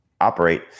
operate